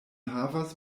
havas